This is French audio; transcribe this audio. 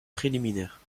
préliminaire